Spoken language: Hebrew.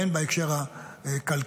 והן בהקשר הכלכלי.